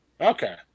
Okay